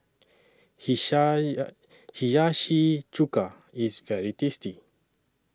Hiyashi Chuka IS very tasty